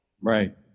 Right